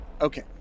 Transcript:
Okay